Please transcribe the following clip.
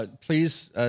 please